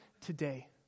today